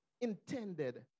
intended